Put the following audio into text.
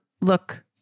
look